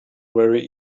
very